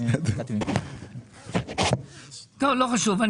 טוב, לא חשוב.